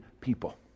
people